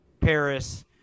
Paris